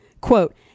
quote